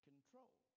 Control